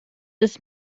ist